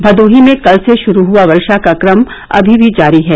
भदोही में कल से श्रू हुआ वर्षा का क्रम अमी भी जारी है